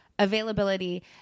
availability